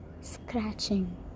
scratching